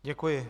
Děkuji.